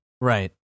Right